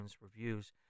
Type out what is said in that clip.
reviews